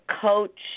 coach